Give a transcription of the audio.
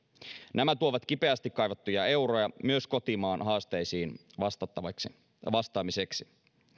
nämä tuovat kipeästi kaivattuja euroja myös kotimaan haasteisiin vastaamiseksi